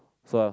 so